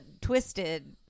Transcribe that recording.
twisted